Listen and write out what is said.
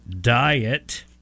diet